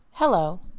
Hello